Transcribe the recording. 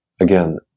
again